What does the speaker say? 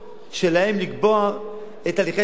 שלהם לקבוע את הליכי תכנון,